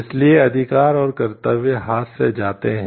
इसलिए अधिकार और कर्तव्य हाथ से जाते हैं